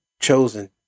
chosen